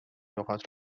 لغات